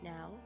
Now